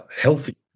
healthy